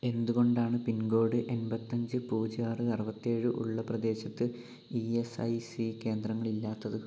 എന്തുകൊണ്ടാണ് പിൻകോഡ് എൺപത്തഞ്ച് പൂജ്യം ആറ് അറുപത്തിയേഴ് ഉള്ള പ്രദേശത്ത് ഇ എസ് ഐ സി കേന്ദ്രങ്ങൾ ഇല്ലാത്തത്